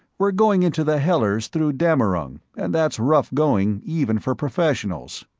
we're going into the hellers through dammerung, and that's rough going even for professionals.